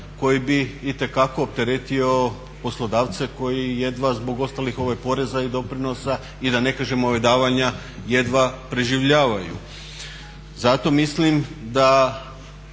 koji bi itekako opteretio poslodavce koji jedva zbog ostalih poreza i doprinosa i da ne kažem davanja jedva preživljavaju. Zato mislim da